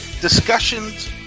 discussions